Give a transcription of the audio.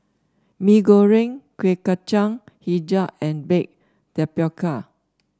Mee Goreng Kuih Kacang hijau and Baked Tapioca